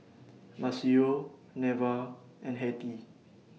Maceo Neva and Hettie